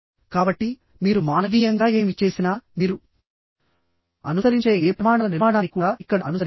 కాబట్టి మీరు మానవీయంగా ఏమి చేసినా మీరు అనుసరించే ఏ ప్రమాణాల నిర్మాణాన్ని కూడా ఇక్కడ అనుసరించాలి